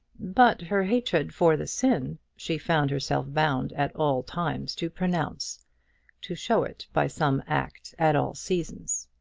but her hatred for the sin she found herself bound at all times to pronounce to show it by some act at all seasons.